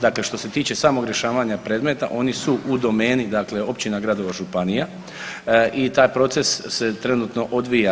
Dakle, što se tiče samih rješavanja predmeta oni su u domeni dakle općina, gradova, županija i taj proces se trenutno odvija.